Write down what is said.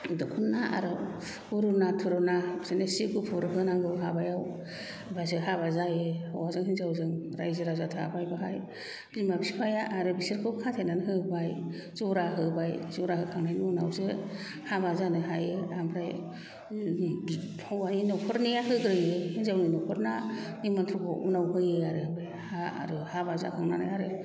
दख'ना आरो उरुना थुरुना सि गुफुर होनांगौ हाबायाव होनबासो हाबा जायो हौवाजों हिन्जावजों रायजो राजा थाबाय बेवहाय बिमा फिफाया आरो बिसोरखौ खाथेनानै होबाय जरा होबाय जरा होखांनायनि उनावसो हाबा जानो हायो ओमफ्राय हौवानि न'खरनिया होग्रोयो हिन्जावनि न'खरना निमन्थ्रखौ उनाव होयो आरो हाबा जाखांनानै आरो